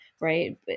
right